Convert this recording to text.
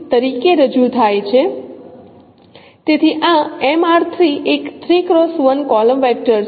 તેથી આ એક કોલમ વેક્ટર છે